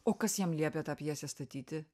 o kas jam liepė tą pjesę statyti